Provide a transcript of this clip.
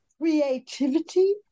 creativity